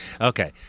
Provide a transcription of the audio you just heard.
Okay